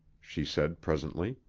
she said presently.